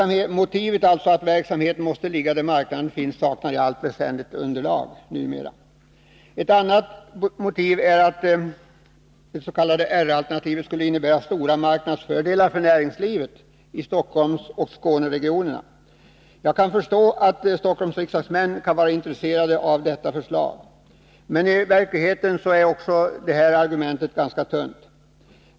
Motivet att verksamheten måste ligga där marknaden finns saknar alltså i allt väsentligt underlag. Ett annat motiv är att det s.k. R-alternativet skulle innebära stora marknadsfördelar för näringslivet i Stockholmsoch Skåneregionerna. Jag kan förstå att Stockholmsriksdagsmän kan vara intresserade av detta förslag. Men i verkligheten är också detta argument ganska tunt.